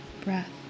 breath